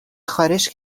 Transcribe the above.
خارش